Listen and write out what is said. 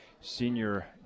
senior